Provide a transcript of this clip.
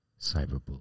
cyberbullying